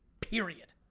period.